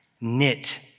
knit